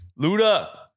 Luda